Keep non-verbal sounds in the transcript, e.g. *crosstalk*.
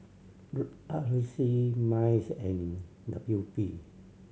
*unintelligible* R C MICE and W P